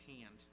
hand